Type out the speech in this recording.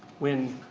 when